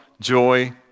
joy